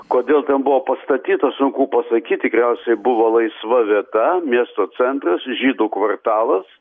kodėl ten buvo pastatyta sunku pasakyt tikriausiai buvo laisva vieta miesto centras žydų kvartalas